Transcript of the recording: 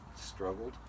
struggled